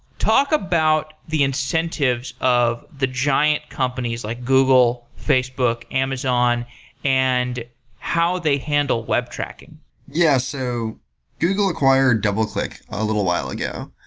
talk about the incentives of the giant companies like google, facebook, amazon and how they handle web tracking yeah. so google google acquired doubleclick a little while ago,